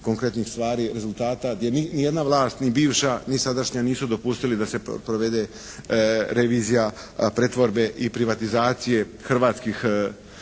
konkretnih stvari, rezultata, gdje ni jedna vlast, ni bivša ni sadašnja nisu dopustili da se provede revizija pretvorbe i privatizacije hrvatskih